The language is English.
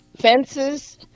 fences